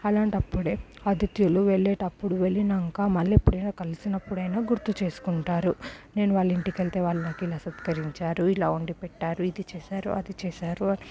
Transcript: అలాంటప్పుడే అతిథులు వెళ్ళేటప్పుడు వెళ్ళాక మళ్ళీ ఎప్పుడైనా కలిసినప్పుడైనా గుర్తు చేసుకుంటారు నేను వాళ్ళింటికి వెళితే వాళ్ళు నాకు ఇలా సత్కరించారు ఇలా వండి పెట్టారు ఇది చేసారు అది చేసారు అని